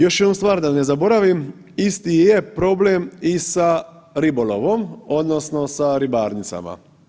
Još jednu stvar da ne zaboravim, isti je problem i sa ribolovom odnosno sa ribarnicama.